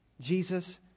Jesus